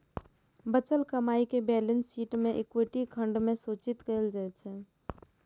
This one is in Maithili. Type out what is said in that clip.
बचल कमाइ कें बैलेंस शीट मे इक्विटी खंड मे सूचित कैल जाइ छै